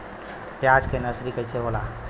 प्याज के नर्सरी कइसे होला?